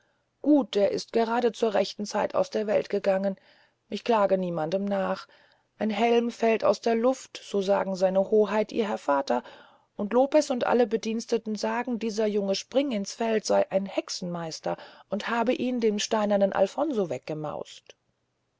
gut er ist gerade zur rechten zeit aus der welt gegangen ich klage niemanden an ein helm fällt aus der luft so sagen seine hoheit ihr herr vater aber lopez und alle bedienten sagen dieser junge springinsfeld sey ein hexenmeister und habe ihn dem steinernen alfonso weggemaust